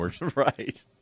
Right